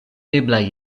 eblaj